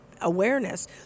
awareness